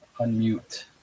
unmute